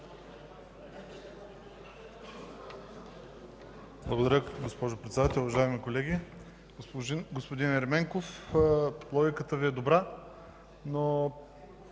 (ГЕРБ): Госпожо Председател, уважаеми колеги! Господин Ерменков, логиката Ви е добра, но